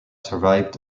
survived